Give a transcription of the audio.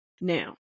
Now